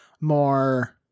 more